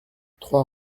trois